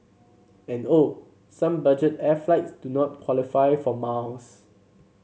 and oh some budget air flights do not qualify for miles